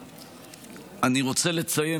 אני רוצה לציין,